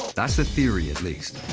that's the theory, at least.